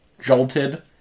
jolted